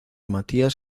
matías